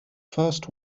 first